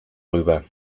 rüber